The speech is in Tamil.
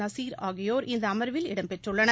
நசிர் ஆகியோர் இந்த அமர்வில் இடம் பெற்றுள்ளனர்